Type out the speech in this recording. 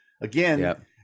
again